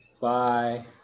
Bye